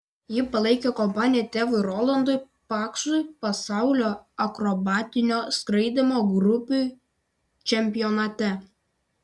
ji palaikė kompaniją tėvui rolandui paksui pasaulio akrobatinio skraidymo grupių čempionate